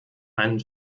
einen